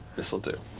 this'll do.